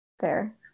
Fair